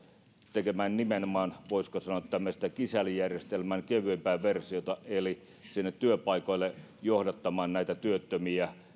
tekemään nimenomaan voisiko sanoa tämmöistä kisällijärjestelmän kevyempää versiota eli sinne työpaikoille johdattamaan näitä työttömiä